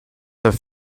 have